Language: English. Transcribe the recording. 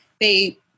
they-